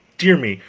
dear me,